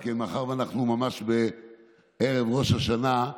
מאחר שאנחנו ממש בערב ראש השנה,